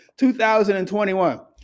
2021